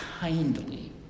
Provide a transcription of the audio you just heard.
kindly